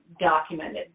documented